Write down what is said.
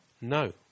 no